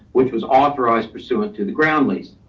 which was authorized pursuant to the ground lease.